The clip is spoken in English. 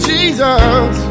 Jesus